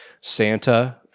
Santa